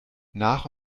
nach